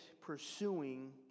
pursuing